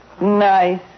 nice